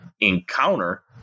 Encounter